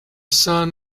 sand